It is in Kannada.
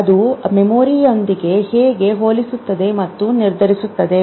ಅದು ಮೆಮೊರಿಯೊಂದಿಗೆ ಹೇಗೆ ಹೋಲಿಸುತ್ತದೆ ಮತ್ತು ನಿರ್ಧರಿಸುತ್ತದೆ